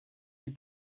die